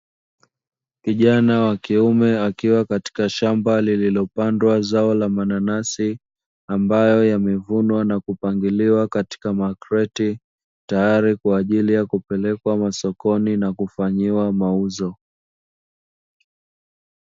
Kijana wa kiume akiwa katika shamba lililopandwa zao la mananasi, ambayo yamevunwa na kupakiliwa katika makreti tayari kwa ajili ya kupelekwa masokoni na kufanyiwa mauzo.